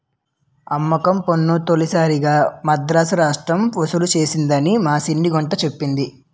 అమ్మకం పన్ను తొలిసారిగా మదరాసు రాష్ట్రం ఒసూలు సేసిందని మా సిన్న గుంట సెప్పింది